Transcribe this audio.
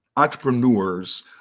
Entrepreneurs